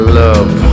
love